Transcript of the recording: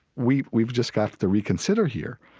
we've we've just got to reconsider here.